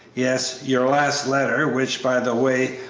yes, your last letter, which, by the way,